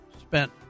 spent